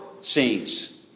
scenes